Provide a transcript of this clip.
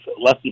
less